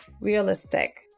realistic